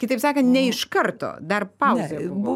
kitaip sakant ne iš karto dar pauzė buvo